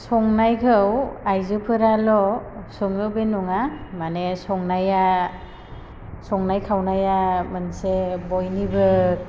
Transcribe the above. संनायखौ आइजोफोराल' सङो बे नङा माने संनाया संनाय खावनाया मोनसे बयनिबो